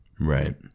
Right